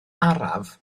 araf